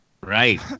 Right